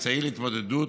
כאמצעי להתמודדות